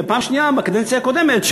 ופעם שנייה בקדנציה הקודמת,